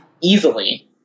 Easily